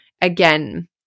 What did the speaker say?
Again